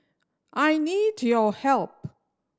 I need your help